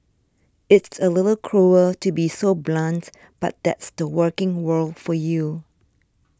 it's a little cruel to be so blunt but that's the working world for you